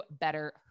better